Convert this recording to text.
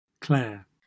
Claire